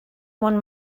won